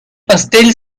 pastel